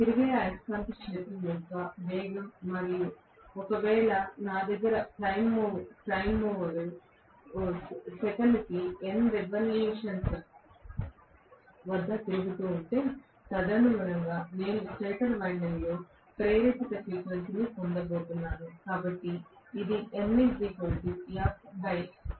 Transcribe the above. తిరిగే అయస్కాంత క్షేత్రం యొక్క వేగం మరియు ఒకవేళ నా దగ్గర ప్రైమ్ ఓవర్ సెకనుకు n రివిలేషన్స్ వద్ద తిరుగుతుంటే తదనుగుణంగా నేను స్టేటర్ వైండింగ్లో ప్రేరేపిత ఫ్రీక్వెన్సీని పొందబోతున్నాను